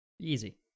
Easy